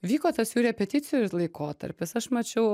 vyko tas jų repeticijų laikotarpis aš mačiau